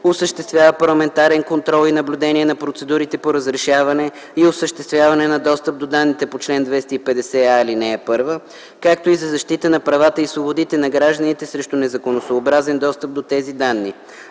осъществява парламентарен контрол и наблюдение на процедурите по разрешаване и осъществяване на достъп до данните по чл. 250а, ал. 1, както и за защита на правата и свободите на гражданите срещу незаконосъобразен достъп до тези данни.